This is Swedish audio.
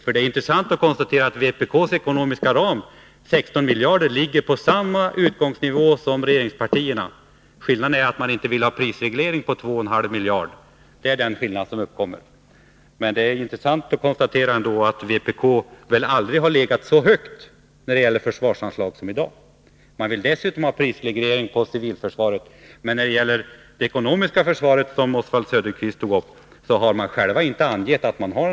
Det är intressant att konstatera att vpk:s ekonomiska ramar — 16 miljarder kronor— har samma utgångsnivå som regeringspartiernas. Skillnaden är bara att man inte vill ha en prisreglering på 2,5 miljarder kronor. Det är ändå av värde att konstatera att vpk nog aldrig legat så högt när det gäller försvarsanslagen som man i dag gör. Dessutom vill man ha prisreglering i fråga om civilförsvaret. Men när det gäller det ekonomiska försvaret, som Oswald Söderqvist berörde, har man inte anmält någon egen åsikt.